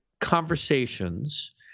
conversations